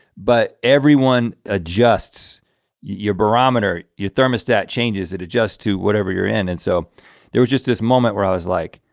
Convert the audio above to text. but everyone adjusts your barometer, your thermostat changes it adjust to whatever you're in. and so there was just this moment where i was like,